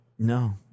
No